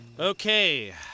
Okay